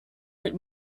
mit